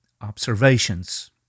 observations